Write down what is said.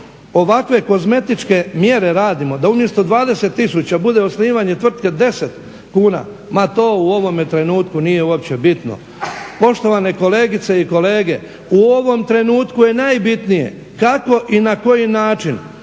ovakve kozmetičke mjere radimo da umjesto 20 tisuća bude osnivanje tvrtke 10 kuna ma to u ovome trenutku nije uopće bitno. Poštovane kolegice i kolege u ovom trenutku je najbitnije kako i na koji način